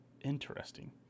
Interesting